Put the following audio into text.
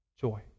joy